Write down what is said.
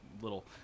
little